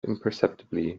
imperceptibly